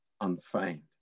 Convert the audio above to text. unfeigned